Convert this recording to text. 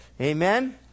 Amen